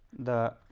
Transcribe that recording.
the